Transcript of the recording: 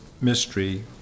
Mystery